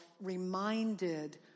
reminded